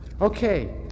Okay